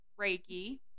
reiki